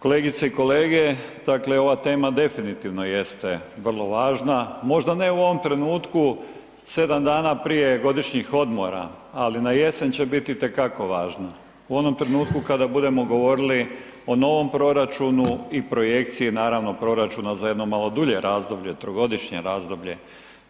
Kolegice i kolege, dakle ova tema definitivno jeste vrlo važna, možda ne u ovom trenutku 7 dana prije godišnjih odmora, ali na jesen će bit itekako važna, u onom trenutku kada budemo govorili o novom proračunu i projekciji naravno proračuna za jedno malo dulje razdoblje, trogodišnje razdoblje,